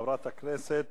חברת הכנסת